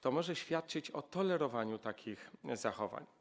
To może świadczyć o tolerowaniu takich zachowań.